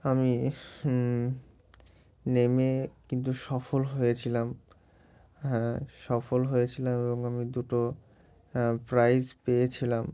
আমি নেমে কিন্তু সফল হয়েছিলাম হ্যাঁ সফল হয়েছিলাম এবং আমি দুটো প্রাইজ পেয়েছিলাম